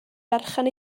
berchen